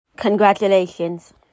Congratulations